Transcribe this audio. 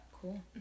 Cool